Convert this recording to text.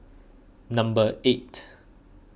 number eight